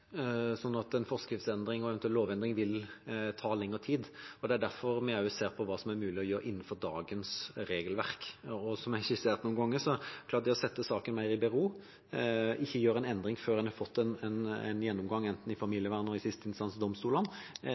En forskriftsendring og eventuell lovendring vil ta lengre tid. Det er derfor vi også ser på hva som er mulig å gjøre innenfor dagens regelverk. Som jeg har sagt noen ganger, kan det å stille saken i bero og ikke gjøre noen endringer før vi har fått en gjennomgang enten i familievern eller i siste instans domstolene,